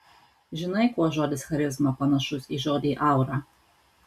žinai kuo žodis charizma panašus į žodį aura